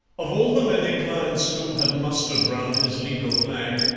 of all the many clients who had mustered round his legal flag,